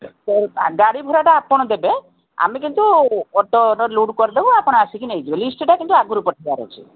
ଗାଡ଼ି ଭଡ଼ାଟା ଆପଣ ଦେବେ ଆମେ କିନ୍ତୁ ଅଟୋର ଲୋଡ଼୍ କରିଦେବୁ ଆପଣ ଆସିକି ନେଇଯିବେ ଲିଷ୍ଟଟା କିନ୍ତୁ ଆଗରୁ ପଠାଇବାର ଅଛି